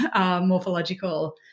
morphological